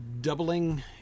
doubling